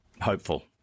hopeful